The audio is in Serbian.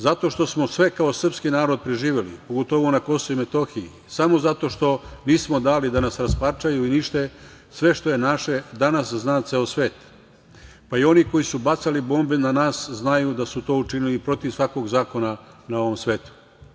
Zato što smo sve kao srpski narod preživeli, pogotovo na Kosovu i Metohiji, samo zato što nismo dali da nas rasparčaju i unište, sve što je naše danas zna ceo svet, pa i oni koji su bacali bombe na nas znaju da su to učinili protiv svakog zakona na ovom svetu.